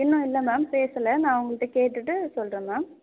இன்னும் இல்லை மேம் பேசலை நான் அவங்கள்கிட்ட கேட்டுகிட்டு சொல்கிறேன் மேம்